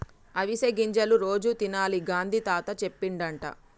అవిసె గింజలు రోజు తినాలని గాంధీ తాత చెప్పిండట